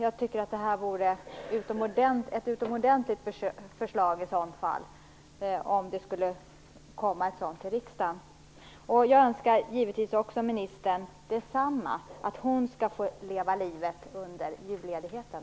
Jag tycker att det vore utomordentligt om ett sådant förslag skulle komma till riksdagen. Jag önskar givetvis också att även ministern skall få leva livet under julledigheten!